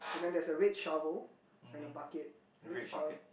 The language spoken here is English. then there is a red shovel on the bucket red shovel